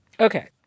Okay